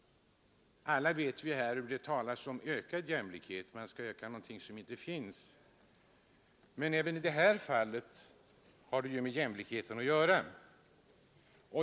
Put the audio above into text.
Alla vet vi här hur det talas om ökad jämlikhet — man vill öka någonting som inte finns — men även i det här fallet har det med jämlikheten att göra.